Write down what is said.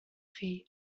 chi